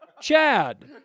Chad